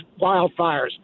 wildfires